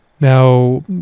Now